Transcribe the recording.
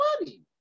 money